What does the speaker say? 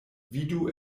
vidu